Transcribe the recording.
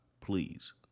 Please